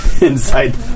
inside